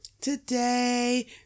Today